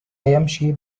يمشي